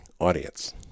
audience